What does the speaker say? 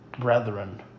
brethren